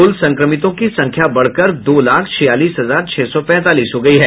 कुल संक्रमितों की संख्या बढ़कर दो लाख छियालीस हजार छह सौ पैंतालीस हो गयी है